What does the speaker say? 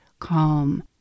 Calm